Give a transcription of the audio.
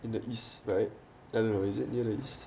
in the east right is it is it near the east